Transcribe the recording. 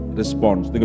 response